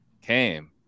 came